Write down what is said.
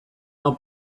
nau